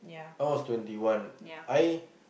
I was twenty one I